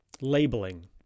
labeling